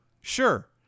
sure